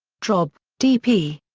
drob, d. p.